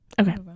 okay